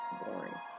boring